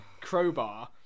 Crowbar